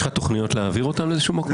יש לך תכניות להעביר אותם לאיזשהו מקום?